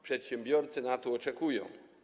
Przedsiębiorcy na to czekają.